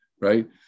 right